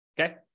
okay